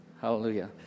Hallelujah